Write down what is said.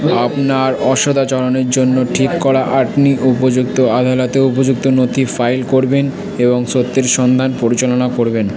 আপনার অসদাচরণের জন্য ঠিক করা অ্যাটর্নি উপযুক্ত আদালতে উপযুক্ত নথি ফাইল করবেন এবং সত্যের সন্ধান পরিচালনা করবেন